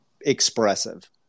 expressive